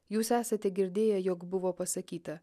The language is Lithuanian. jūs esate girdėję jog buvo pasakyta